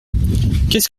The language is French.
que